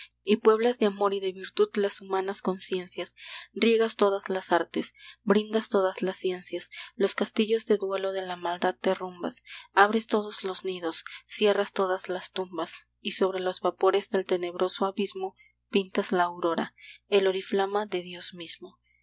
y pueblas de amor y de virtud las humanas conciencias riegas todas las artes brindas todas las ciencias los castillos de duelo de la maldad derrumbas abres todos los nidos cierras todas las tumbas y sobre los vapores del tenebroso abismo pintas la aurora el oriflama de dios mismo